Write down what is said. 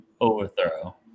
overthrow